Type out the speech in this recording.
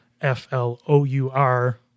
F-L-O-U-R